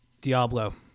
Diablo